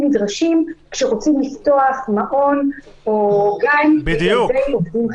נדרשים כשרוצים לפתוח מעון או גן לילדי עובדים חיוניים.